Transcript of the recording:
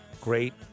great